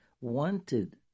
wanted